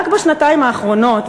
רק בשנתיים האחרונות,